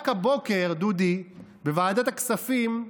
רק הבוקר, דודי, בוועדת הכספים,